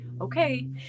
Okay